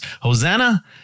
Hosanna